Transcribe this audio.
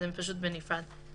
הם פשוט בנפרד.